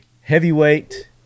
heavyweight